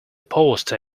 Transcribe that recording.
poster